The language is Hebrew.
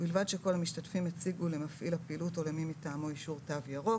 ובלבד שכל המשתתפים הציגו למפעיל הפעילות או למי מטעמו אישור תו ירוק,